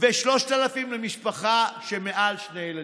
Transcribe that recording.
ו-3,000 למשפחה שבה מעל שני ילדים.